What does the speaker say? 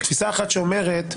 תפיסה אחת אומרת